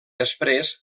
després